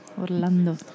orlando